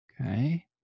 Okay